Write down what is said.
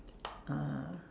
uh